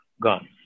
gone